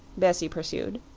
bessie pursued.